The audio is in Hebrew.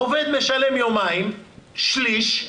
העובד משלם יומיים שליש,